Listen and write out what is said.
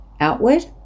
outward